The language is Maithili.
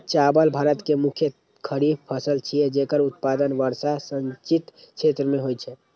चावल भारत के मुख्य खरीफ फसल छियै, जेकर उत्पादन वर्षा सिंचित क्षेत्र मे होइ छै